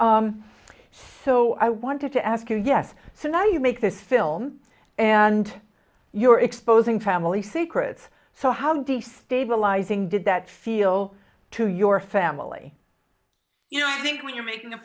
and so i wanted to ask yes so now you make this film and you're exposing family secrets so how do you stabilizing did that feel to your family you know i think when you're making a